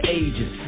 ages